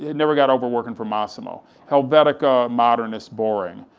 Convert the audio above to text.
and never got over working for massimo, helvetica, modernist boring.